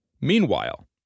Meanwhile